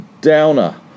Downer